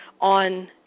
on